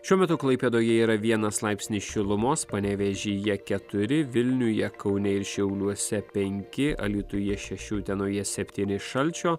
šiuo metu klaipėdoje yra vienas laipsnis šilumos panevėžyje keturi vilniuje kaune ir šiauliuose penki alytuje šeši utenoje septyni šalčio